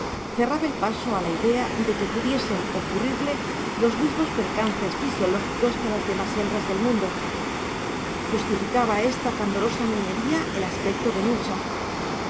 cerraba el paso a la idea de que pudiesen ocurrirle los mismos percances fisiológicos que a las demás hembras del mundo justificaba esta candorosa niñería el aspecto de nucha